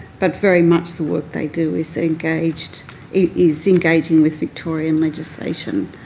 but very much the work they do is engaged is engaging with victorian legislation.